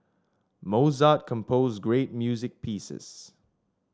Mozart composed great music pieces